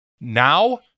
Now